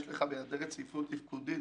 רציפות תפקודית,